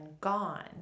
gone